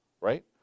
Right